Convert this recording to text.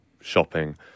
shopping